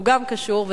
שגם הוא קשור,